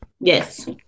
Yes